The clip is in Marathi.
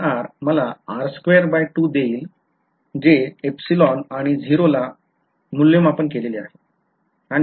Integral rdr मला देईल जे आणि 0 ला मूल्यमापन केलेले आहे